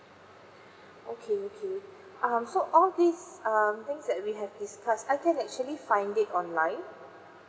okay okay um so all this um things that we have discussed I can actually find it online